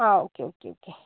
ആ okay okay okay